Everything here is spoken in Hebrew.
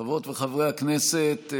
חברות וחברי הכנסת,